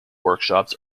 workshops